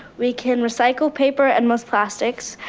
we can recycle paper and most plastics,